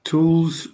Tools